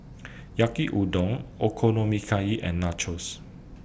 Yaki Udon Okonomiyaki and Nachos